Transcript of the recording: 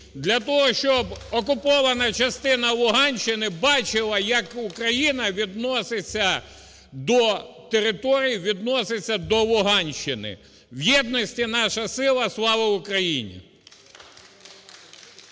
для того, щоб окупована частина Луганщини бачила, як Україна відноситься до територій, відноситься до Луганщини. В єдності наша сила! Слава Україні!